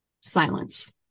silence